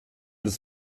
des